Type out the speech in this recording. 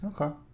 Okay